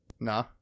Nah